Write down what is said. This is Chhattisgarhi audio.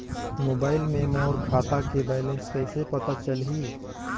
मोबाइल मे मोर खाता के बैलेंस कइसे पता चलही?